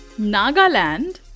Nagaland